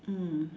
mm